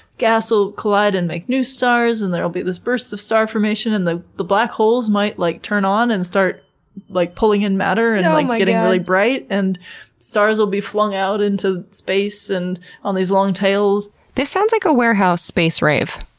gas will collide and make new stars, and there'll be this burst of star formation, and the the black holes might like turn on and start like pulling in matter and like like getting really bright, and stars will be flung out into space and on these long tails this. sounds like ah warehouse space rave,